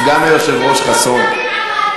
סגן היושב-ראש חסון,